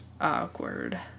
awkward